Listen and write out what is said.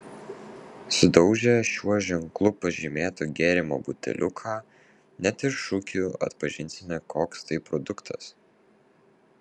sudaužę šiuo ženklu pažymėto gėrimo buteliuką net iš šukių atpažinsime koks tai produktas